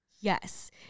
yes